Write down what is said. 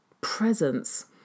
presence